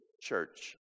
church